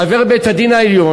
חבר בית-הדין העליון